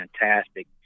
fantastic